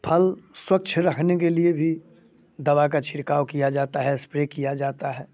फल स्वच्छ रखने के लिए भी दवा का छिड़काव किया जाता है इस्प्रे किया जाता है